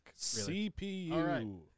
CPU